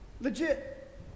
Legit